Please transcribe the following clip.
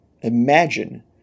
imagine